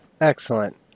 Excellent